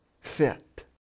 fit